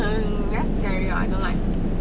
very scary I don't like